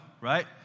Right